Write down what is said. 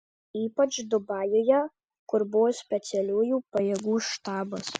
ypač dubajuje kur buvo specialiųjų pajėgų štabas